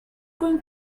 going